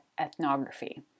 ethnography